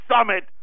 Summit